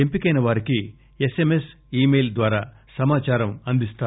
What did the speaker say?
ఎంపికైన వారికి SMS email ద్వారా సమాచారం అందిస్తారు